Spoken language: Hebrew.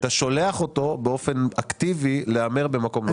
אתה שולח אותו באופן אקטיבי להמר במקום לא חוקי.